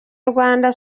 rwanda